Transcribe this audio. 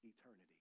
eternity